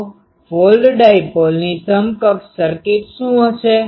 તો ફોલ્ડ ડાઈપોલની સમકક્ષ સર્કિટ શું હશે